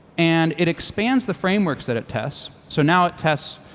and it expands the frameworks that it tests, so now it tests